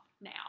now